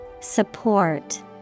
Support